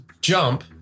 jump